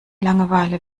langeweile